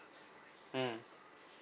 mm